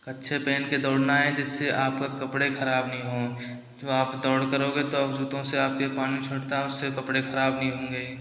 कच्छे पहन के दौड़ना है जिससे आपका कपड़े ख़राब नहीं हो तो आप दौड़ करोगे तो जूतों से आपके पानी छोड़ता है उससे कपड़े खराब नहीं होंगे